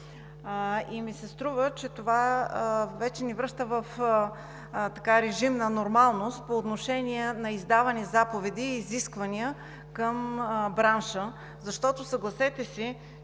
ми се, че това вече ни връща в режим на нормалност по отношение на издавани заповеди и изисквания към бранша, защото, съгласете се,